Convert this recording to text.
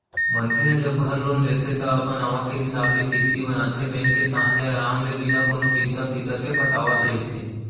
मनखे ह जब घर लोन लेथे ता अपन आवक के हिसाब ले किस्ती बनाथे बेंक के ताहले अराम ले बिना कोनो चिंता फिकर के पटावत रहिथे